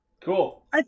Cool